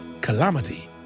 calamity